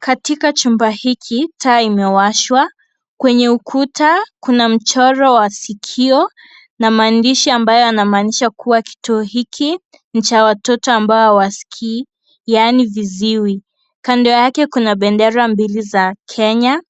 Katika chumba hiki taa imewashwa kwenye ukuta kuna mchoro wa sikio na maandishi ambayo yanamaanisha kuwa kituo hiki ni cha watoto ambao hawasikii yaani viziwi, kando yake kuna bendera mbili za Kenya